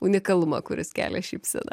unikalumą kuris kelia šypseną